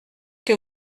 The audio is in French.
que